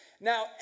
Now